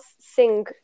sing